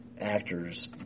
actors